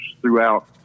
throughout